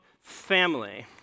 family